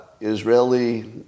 Israeli